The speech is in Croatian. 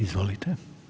Izvolite.